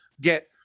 get